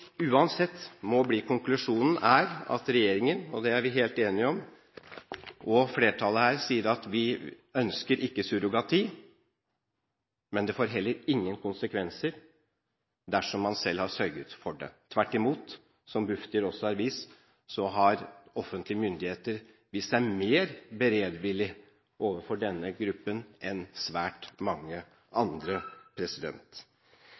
uansett må bli konklusjonen, er at regjeringen og flertallet her – og det er vi helt enige om – sier at vi ikke ønsker surrogati, men det får heller ingen konsekvenser dersom man selv har sørget for det. Tvert imot, som Bufdir også har vist, har offentlige myndigheter vist seg mer beredvillige overfor denne gruppen enn svært mange